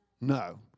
No